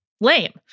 lame